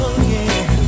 again